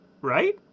Right